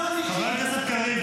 מחליף אותו --- לא מגן על תושבי מרכז